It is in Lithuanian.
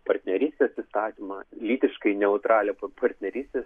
partnerystės įstatymą lytiškai neutralią partnerystės